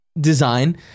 design